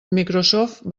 microsoft